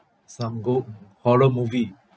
some gho~ horror movie